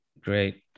Great